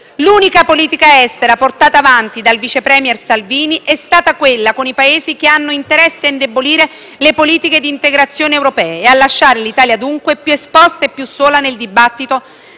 L'unica politica estera portata avanti dal vice *premier* Salvini è stata quella con i Paesi che hanno interesse ad indebolire le politiche di integrazione europea e lasciare l'Italia dunque più esposta e più sola nel dibattito,